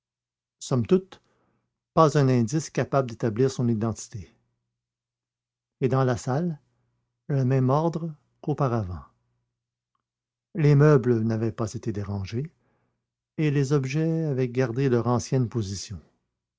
somme toute pas un indice capable d'établir son identité et dans la salle le même ordre qu'auparavant les meubles n'avaient pas été dérangés et les objets avaient gardé leur ancienne position